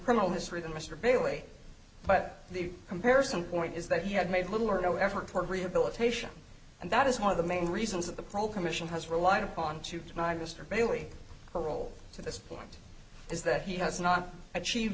criminal history than mr bailey but the comparison point is that he had made little or no effort toward rehabilitation and that is one of the main reasons that the pro commission has relied upon to deny mr bailey a role to this point is that he has not achieve